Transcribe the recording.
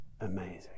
Amazing